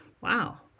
wow